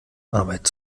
arbeit